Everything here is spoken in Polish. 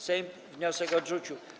Sejm wniosek odrzucił.